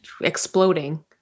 exploding